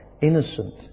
innocent